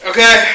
Okay